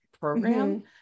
program